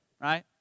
right